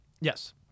Yes